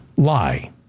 Lie